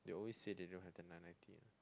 they always say the don't have the nine ninety one